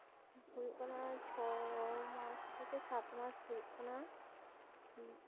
ᱦᱩᱭᱩᱜ ᱠᱟᱱᱟ ᱪᱷᱚ ᱢᱟᱥ ᱛᱷᱮᱠᱮ ᱥᱟᱛ ᱢᱟᱥ ᱦᱩᱭᱩᱜ ᱠᱟᱱᱟ